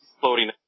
floating